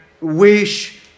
wish